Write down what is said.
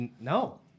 no